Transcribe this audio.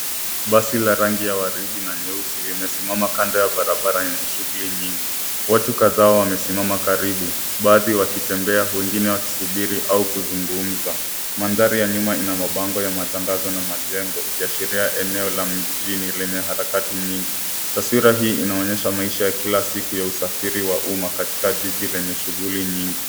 Basi la rangi ya waridi na nyeusi limesimama kando ya barabara yenye shughuli nyingi. Watu kadhaa wamesimama karibu, baadhi wakitembea, wengine wakisubiri au kuzungumza. Mandhari ya nyuma ina mabango ya matangazo na majengo ikiashiria eneo la mjini lenye harakati nyingi. Taswira hii inaonyesha maisha ya kila siku ya usafiri wa umma katika jiji lenye shughuli nyingi.